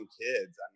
kids